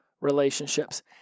relationships